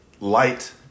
light